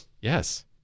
Yes